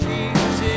Jesus